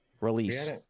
release